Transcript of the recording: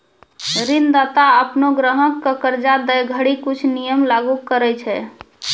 ऋणदाता अपनो ग्राहक क कर्जा दै घड़ी कुछ नियम लागू करय छै